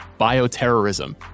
bioterrorism